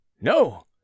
No